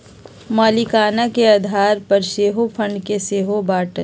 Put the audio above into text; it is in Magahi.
मलीकाना के आधार पर सेहो फंड के सेहो बाटल